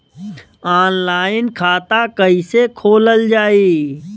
Online खाता कईसे खोलल जाई?